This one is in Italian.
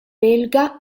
belga